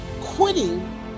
quitting